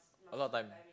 a lot of time